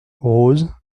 rose